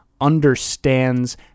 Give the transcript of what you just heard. understands